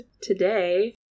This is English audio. Today